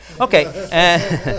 Okay